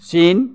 চীন